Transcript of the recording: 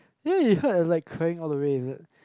then it hurt I was like crying all the way is it